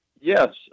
Yes